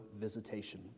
visitation